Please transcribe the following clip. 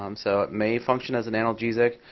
um so it may function as an analgesic.